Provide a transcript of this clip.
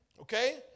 okay